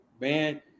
Man